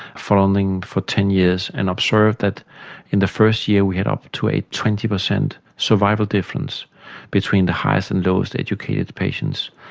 following them for ten years, and observed that in the first year we had up to a twenty percent survival difference between the highest and lowest educated patients,